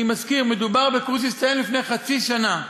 אני מזכיר: מדובר בקורס שהסתיים לפני חצי שנה.